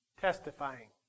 testifying